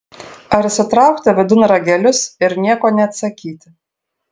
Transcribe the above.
ar įsitraukti vidun ragelius ir nieko neatsakyti